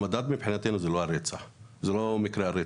המדד מבחינתנו זה לא מספר מקרי הרצח.